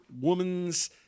woman's